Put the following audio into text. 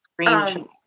screenshot